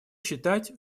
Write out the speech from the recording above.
считать